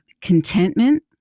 contentment